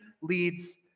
leads